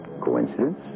Coincidence